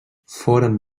foren